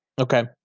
okay